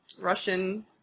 Russian